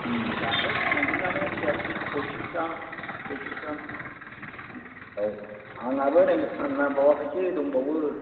दाथ' थांदोआनो तेयात्रिस पयत्रिस गाहाम सयत्रिस गाहाम औ आंहाबो नै फान बावाखैसो दंबावो